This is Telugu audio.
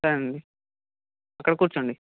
సరేనండి అక్కడ కూర్చోండి